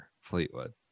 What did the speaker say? Fleetwood